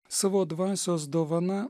savo dvasios dovana